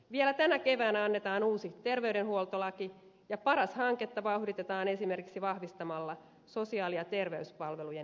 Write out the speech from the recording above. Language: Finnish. vielä tänä keväänä annetaan uusi terveydenhuoltolaki ja paras hanketta vauhditetaan esimerkiksi vahvistamalla sosiaali ja terveyspalvelujen eheyttä